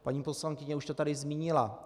Paní poslankyně už to tady zmínila.